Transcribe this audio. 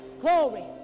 Glory